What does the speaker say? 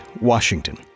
Washington